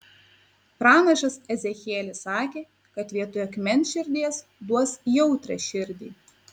pranašas ezechielis sakė kad vietoj akmens širdies duos jautrią širdį